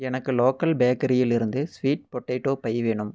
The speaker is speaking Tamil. எனக்கு லோக்கல் பேக்கரியில் இருந்து ஸ்வீட் பொட்டேட்டோ பை வேணும்